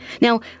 Now